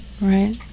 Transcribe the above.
right